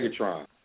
Megatron